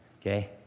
okay